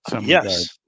Yes